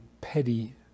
petty